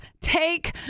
take